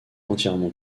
entièrement